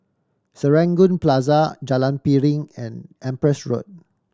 Serangoon Plaza Jalan Piring and Empress Road